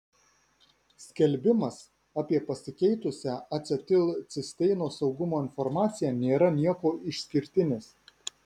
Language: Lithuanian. skelbimas apie pasikeitusią acetilcisteino saugumo informaciją nėra niekuo išskirtinis